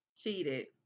cheated